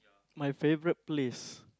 my favourite place